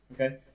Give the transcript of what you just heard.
Okay